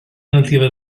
nativa